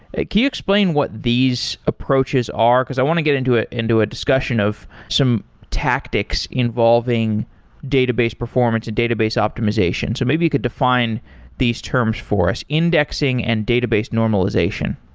can you explain what these approaches are? because i want to get into ah into a discussion of some tactics involving database performance and database optimization. so maybe could define these terms for us, indexing and database normalization.